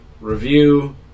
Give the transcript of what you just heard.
review